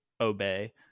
obey